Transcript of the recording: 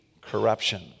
corruption